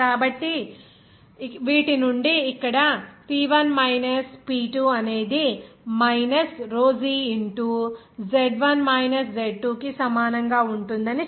కాబట్టి వీటి నుండి ఇక్కడ P1 మైనస్ P2 అనేది minus rho g into Z1 minus Z2 కి సమానంగా ఉంటుందని చెప్పగలము